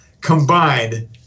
combined